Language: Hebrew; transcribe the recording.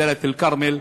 מדאלית-אלכרמל,